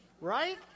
right